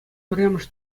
пӗрремӗш